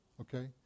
Okay